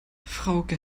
frauke